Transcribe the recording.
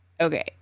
Okay